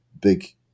big